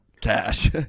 cash